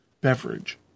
beverage